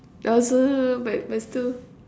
oh so bad but still